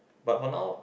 but but now